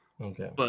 Okay